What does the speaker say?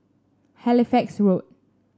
Halifax Road